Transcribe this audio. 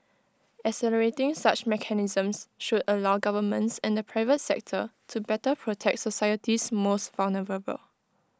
accelerating such mechanisms should allow governments and private sector to better protect society's most vulnerable